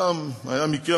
פעם היה מקרה,